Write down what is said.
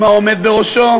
עם העומד בראשו,